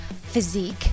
Physique